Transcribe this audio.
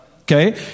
Okay